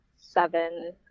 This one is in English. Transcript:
seven